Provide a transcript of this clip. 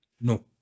No